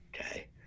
Okay